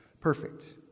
perfect